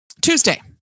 Tuesday